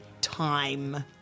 time